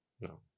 No